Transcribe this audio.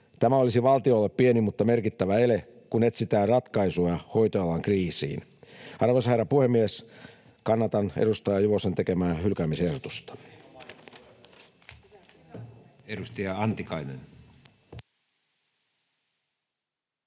Tämä olisi valtiolle pieni mutta merkittävä ele, kun etsitään ratkaisuja hoitoalan kriisiin. Arvoisa herra puhemies! Kannatan edustaja Juvosen tekemää hylkäämisehdotusta.